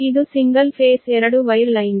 ಇದು single phase 2 wire line